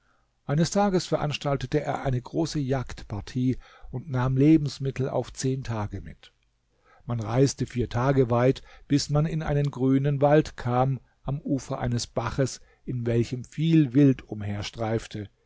eines tages veranstaltete er eine große jagdpartie und nahm lebensmittel auf zehn tage mit man reiste vier tage weit bis man in einen grünen wald kam am ufer eines baches in welchem viel wild